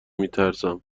میترسم